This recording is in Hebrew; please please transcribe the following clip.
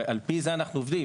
ועל פי זה אנחנו עובדים.